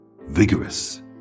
Vigorous